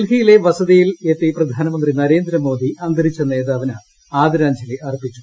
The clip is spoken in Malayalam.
ഡൽഹിയിലെ വസതിയിൽ എത്തി പ്രധാനമന്ത്രി നരേന്ദ്രമോദി അന്തരിച്ച നേതാവിന് ആദരാജ്ഞലി അർപ്പിച്ചു